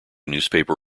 newspaper